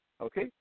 Okay